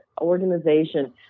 organization